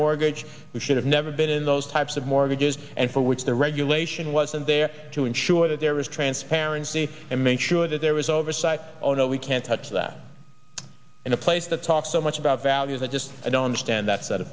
mortgage we should have never been in those types of mortgages and for which the regulation wasn't there to ensure that there was transparency and make sure that there was oversight oh no we can't touch that in a place that talks so much about values i just don't understand that s